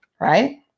right